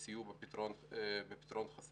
סיוע בפתרון חסמים,